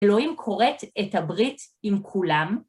אלוהים כורת את הברית עם כולם.